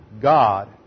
God